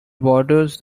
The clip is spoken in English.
borders